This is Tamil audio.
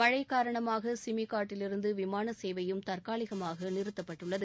மழை காரணமாக சிமிகாட்டிலிருந்து விமான சேவையும் தற்காலிகமாக நிறுத்தப்பட்டுள்ளது